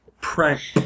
Prank